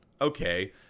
Okay